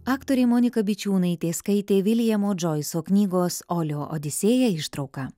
aktorė monika bičiūnaitė skaitė viljamo džoiso knygos olio odisėja ištrauką